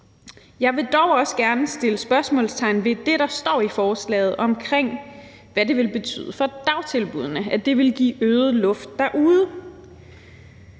Jeg vil dog også gerne sætte spørgsmålstegn ved det, der står i forslaget omkring, hvad det vil betyde for dagtilbuddene, altså at det vil give øget luft derude.